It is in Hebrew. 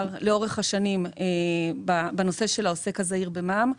לאורך השנים בנושא העוסק הזעיר במע"מ.